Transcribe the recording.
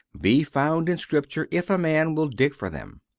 be found in scripture if a man will dig for them.